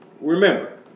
remember